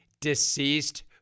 deceased